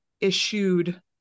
issued